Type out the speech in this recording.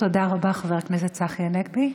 תודה רבה, חבר הכנסת צחי הנגבי.